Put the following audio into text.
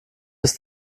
bis